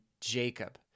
Jacob